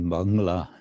Bangla